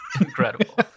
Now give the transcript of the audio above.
Incredible